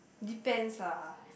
depends lah